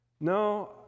no